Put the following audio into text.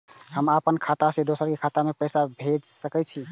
हम अपन खाता से दोसर के खाता मे पैसा के भेजब?